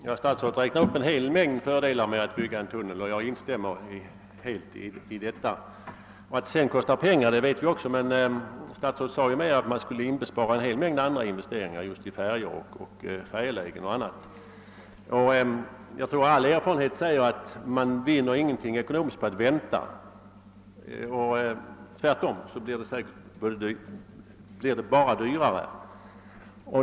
Herr talman! Statsrådet räknar upp en hel mängd fördelar med att bygga en tunnel, och jag instämmer helt i vad han säger. Att det sedan kostar pengar att genomföra projektet vet vi också, men statsrådet sade ju att man skulle inbespara en hel mängd pengar genom att investeringar i färjor och färjelägen bortfaller. All erfarenhet säger att man inte vinner någonting på att vänta — tvärtom blir det säkerligen bara dyrare.